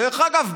דרך אגב,